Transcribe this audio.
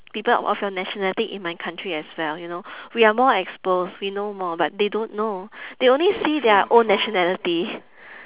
people of your nationality in my country as well you know we are more exposed we know more but they don't know they only see their own nationality